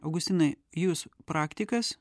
augustinai jūs praktikas